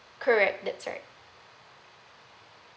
correct that's right